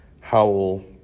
Howell